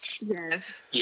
Yes